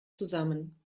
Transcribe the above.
zusammen